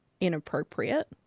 inappropriate